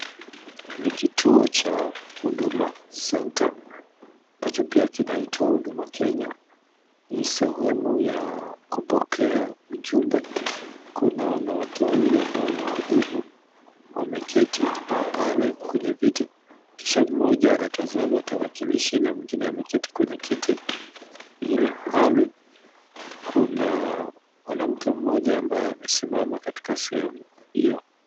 Ni kituo chaa hudumaa senta ambacho pia kinaitwa huduma kenya, ni sahemu yaa kupokea ujumbe, kuna wanawake wawili ambao ni waudumu wameketi pale kwenye viti, kisha mmoja anatazama tarakilishi na mwingine ameketi kwenye kiti, ilhali kunaa mwanamke mmoja ambaye amesimama katika sehemu hio.